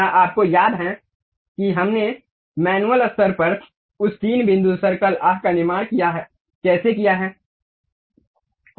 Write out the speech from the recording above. क्या आपको याद है कि हमने मैनुअल स्तर पर उस तीन बिंदु सर्कल आह का निर्माण कैसे किया है